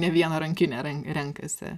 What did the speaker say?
ne vieną rankinę ren renkasi